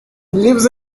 lives